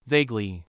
Vaguely